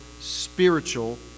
spiritual